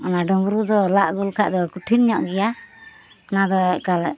ᱚᱱᱟ ᱰᱩᱢᱨᱩ ᱫᱚ ᱞᱟ ᱟᱹᱜᱩ ᱞᱮᱠᱦᱟᱱ ᱫᱚ ᱠᱚᱴᱷᱤᱱ ᱧᱚᱜ ᱜᱮᱭᱟ ᱚᱱᱟ ᱫᱚ ᱮᱠᱟᱞ